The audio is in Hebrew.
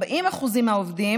40% מהעובדים,